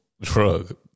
drug